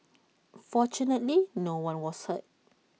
fortunately no one was hurt